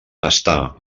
està